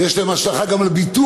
ויש לזה השלכה גם על הביטוח.